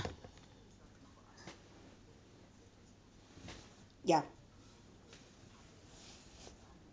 yup